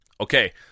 Okay